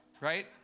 Right